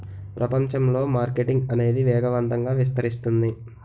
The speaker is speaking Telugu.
ప్రపంచంలో మార్కెటింగ్ అనేది వేగవంతంగా విస్తరిస్తుంది